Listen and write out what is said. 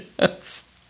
Yes